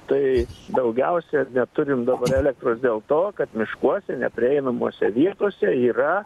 tai daugiausia neturim dar elektros dėl to kad miškuose neprieinamose vietose yra